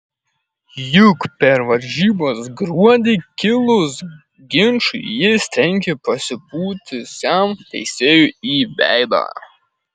juk per varžybas gruodį kilus ginčui jis trenkė pasipūtusiam teisėjui į veidą